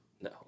no